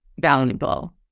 valuable